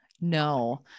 No